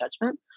judgment